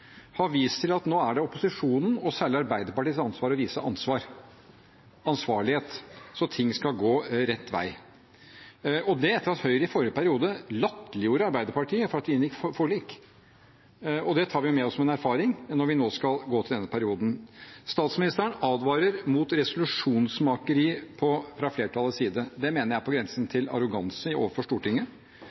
Arbeiderpartiets ansvar å vise ansvar – ansvarlighet – så ting skal gå rett vei, og det etter at Høyre i forrige periode latterliggjorde Arbeiderpartiet for at vi inngikk forlik. Det tar vi med oss som en erfaring når vi nå skal gå til denne perioden. Statsministeren advarer mot resolusjonsmakeri fra flertallets side. Det mener jeg er på grensen til arroganse overfor Stortinget.